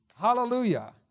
Hallelujah